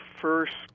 first